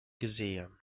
gesehen